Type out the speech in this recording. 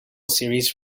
series